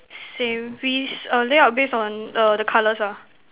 same piece err layout based on err the colours ah